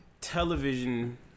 television